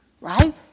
right